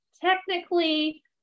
technically